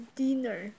dinner